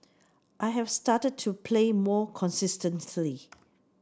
I've started to play more consistently